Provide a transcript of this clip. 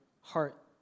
heart